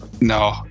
no